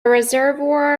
reservoir